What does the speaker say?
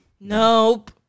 Nope